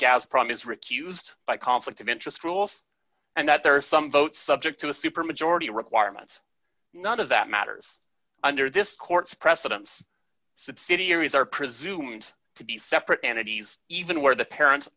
gazprom is recused by conflict of interest rules and that there are some votes subject to a supermajority requirement none of that matters under this court's precedents subsidiaries are presumed to be separate entities even where the parents